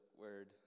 word